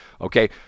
okay